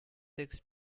six